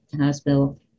Hospital